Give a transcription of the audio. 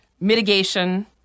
mitigation